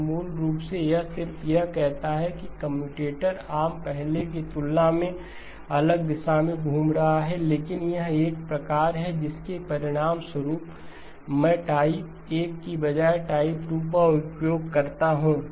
तो मूल रूप से यह सिर्फ यह कहता है कि कम्यूटेटर आर्म पहले की तुलना में अलग दिशा में घूम रहा है लेकिन यह एक प्रकार है जिसके परिणामस्वरूप मैं टाइप 1 के बजाय टाइप 2 का उपयोग करता हूं